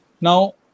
Now